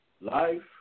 life